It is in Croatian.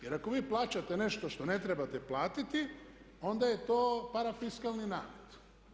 Jer ako vi plaćate nešto što ne trebate platiti, onda je to parafiskalni namet.